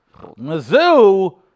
Mizzou